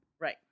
Right